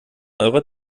eurer